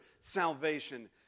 salvation